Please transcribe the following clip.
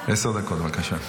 עשר דקות, בבקשה.